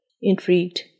Intrigued